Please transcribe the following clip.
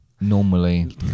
normally